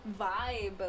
vibe